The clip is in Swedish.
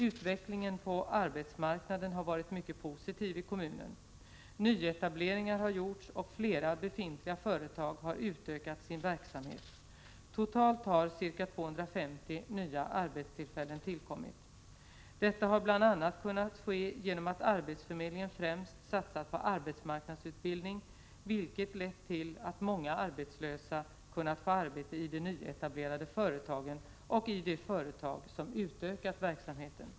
Utvecklingen på arbetsmarknaden har varit mycket positiv i kommunen. Nyetableringar har gjorts och flera befintliga företag har utökat sin verksamhet. Totalt har ca 250 nya arbetstillfällen tillkommit. Detta har bl.a. kunnat ske genom att arbetsförmedlingen främst satsat på arbetsmarknadsutbildning, vilket lett till att många arbetslösa kunnat få arbete i de nyetablerade företagen och i de företag som utökat verksamheten.